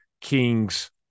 Kings